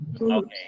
Okay